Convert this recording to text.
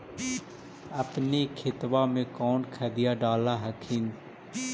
अपने खेतबा मे कौन खदिया डाल हखिन?